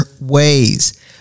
ways